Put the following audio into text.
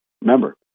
Remember